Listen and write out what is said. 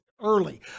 Early